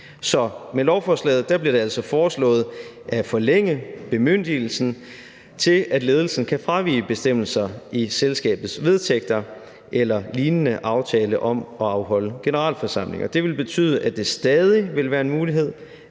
Så med lovforslaget bliver det foreslået at forlænge bemyndigelsen til, at ledelsen kan fravige bestemmelser i selskabets vedtægter eller lignende aftale om at afholde generalforsamlinger. Det vil betyde, at det stadig vil være en mulighed